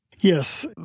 Yes